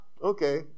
okay